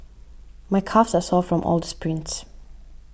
my calves are sore from all the sprints